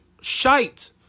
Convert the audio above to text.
Shite